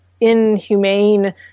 inhumane